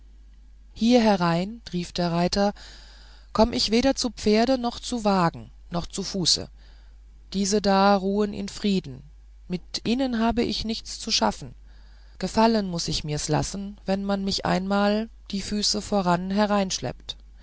hier herein rief der reiter komm ich weder zu pferde noch zu wagen noch zu fuße diese da ruhen in frieden mit ihnen habe ich nichts zu schaffen gefallen muß ich mirs lassen wenn man mich einmal die füße voran